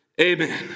Amen